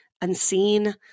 unseen